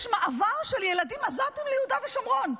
יש מעבר של ילדים עזתים ליהודה ושומרון,